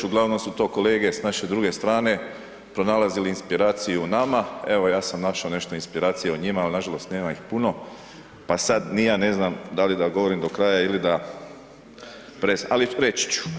Uglavnom su to kolege s naše druge strane pronalazili inspiraciju u nama, evo ja sam nešto inspiracije u njima, ali nažalost nema ih puno pa sada ni ja ne znam da li da govorim do kraja ili da ali reći ću.